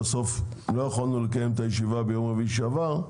אבל בסוף לא יכולנו לקיים את הישיבה ביום רביעי שעבר,